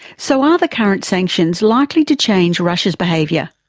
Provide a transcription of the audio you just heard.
so are the current sanctions likely to change russia's behaviour?